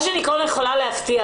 מה שאני כבר יכולה להבטיח,